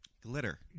Glitter